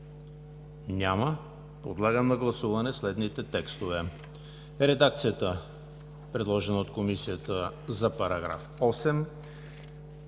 Няма. Подлагам на гласуване следните текстове: редакцията, предложена от Комисията, за § 8,